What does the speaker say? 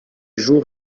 jours